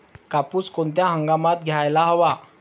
कापूस कोणत्या हंगामात घ्यायला हवा?